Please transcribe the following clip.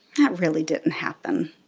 that really didn't happen.